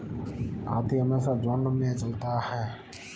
हाथी हमेशा झुंड में चलता है